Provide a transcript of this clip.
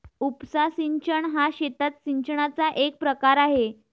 उपसा सिंचन हा शेतात सिंचनाचा एक प्रकार आहे